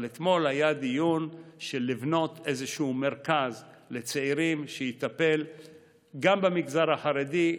אבל אתמול היה דיון על בניית איזשהו מרכז לצעירים שיטפל גם במגזר החרדי,